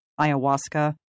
ayahuasca